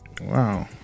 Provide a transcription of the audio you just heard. Wow